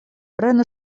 prenu